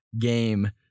game